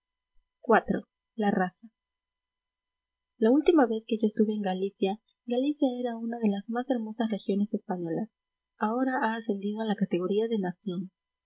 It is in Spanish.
iv la raza la última vez que yo estuve en galicia galicia era una de las más hermosas regiones españolas ahora ha ascendido a la categoría de nación